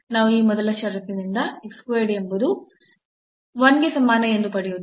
ನಾವು ಈ ಮೊದಲ ಷರತ್ತಿನಿಂದ ಎಂಬುದು 1 ಗೆ ಸಮಾನ ಎಂದು ಪಡೆಯುತ್ತೇವೆ